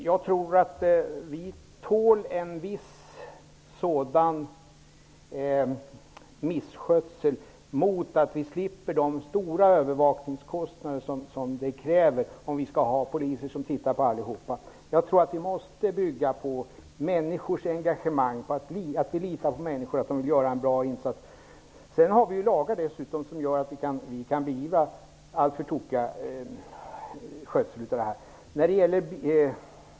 Jag tror att vi tål en viss sådan misskötsel om vi slipper de stora övervakningskostnader som krävs om vi skall ha poliser som granskar alla. Vi måste lita på människors engagemang och på att de vill göra en bra insats. Vi har dessutom lagar som gör att vi kan beivra allt för tokig skötsel.